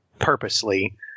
purposely